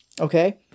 okay